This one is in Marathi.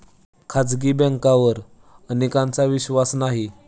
खाजगी बँकांवर अनेकांचा विश्वास नाही